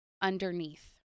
underneath